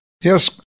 Yes